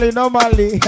normally